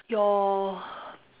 your